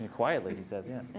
quietly, he says. yeah.